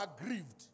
aggrieved